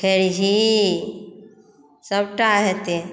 खेरही सभटा हेतै